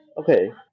Okay